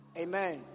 Amen